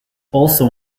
also